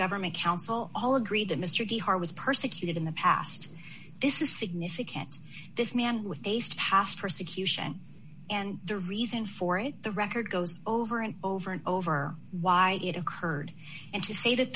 government counsel all agree that mr de hart was persecuted in the past this is significant this man with taste past persecution and the reason for the record goes over and over and over why it occurred and to say that